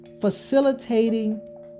Facilitating